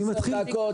10 דקות.